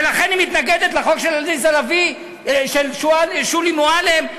ולכן היא מתנגדת לחוק של שולי מועלם,